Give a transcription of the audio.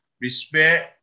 respect